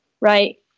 right